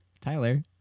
Tyler